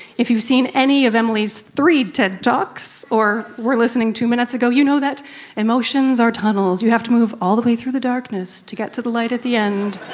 if you have seen any of emily's three ted talks or were listening two minutes ago, you know that emotions are tunnels. you have to move all the way through the darkness to get to the light at the end.